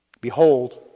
Behold